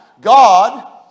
God